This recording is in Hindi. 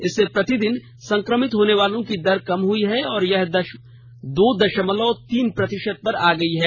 इससे प्रतिदिन संक्रमित होने वालों की दर कम हुई है और यह दो दशमलव तीन प्रतिशत पर आ गई है